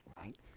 right